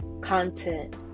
content